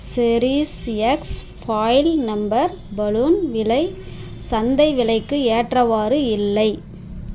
செரிஷ்எக்ஸ் foil number balloon விலை சந்தை விலைக்கு ஏற்றவாறு இல்லை